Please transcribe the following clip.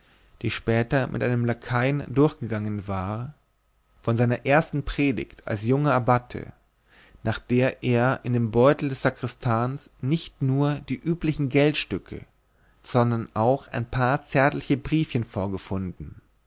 die später mit einem lakaien durchgegangen war von seiner ersten predigt als junger abbate nach der er in dem beutel des sakristans nicht nur die üblichen geldstücke sondern auch ein paar zärtliche briefchen vorgefunden